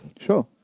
Sure